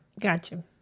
gotcha